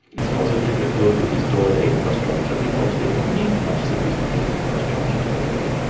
it's also difficult to destroy the infrastructure, because they don't need much sophisticated infrastructure to operate.